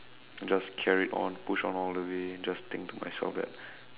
just carried on push on all the way and just think to myself that